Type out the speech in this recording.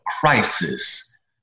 crisis